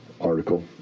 article